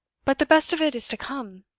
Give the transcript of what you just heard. but the best of it is to come.